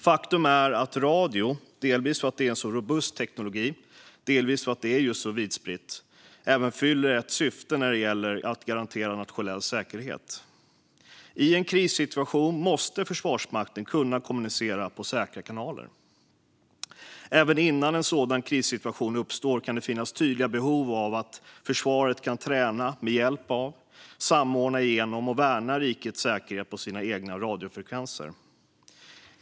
Faktum är att radio, delvis för att det är en så robust teknik, delvis för att det är så vidspritt, även fyller ett syfte när det gäller att garantera nationell säkerhet. I en krissituation måste Försvarsmakten kunna kommunicera på säkra kanaler. Även innan en sådan krissituation uppstår kan det finnas tydliga behov av att försvaret kan träna med hjälp av, samordna genom och värna rikets säkerhet på sina egna radiofrekvenser.